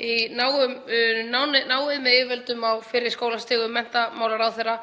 náið með yfirvöldum á fyrri skólastigum, menntamálaráðherra